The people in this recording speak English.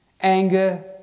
anger